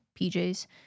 PJs